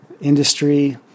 Industry